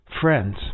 Friends